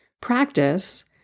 practice